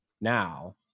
now